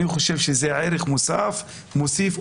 אני חושב שזה ערך מוסף ומעשיר.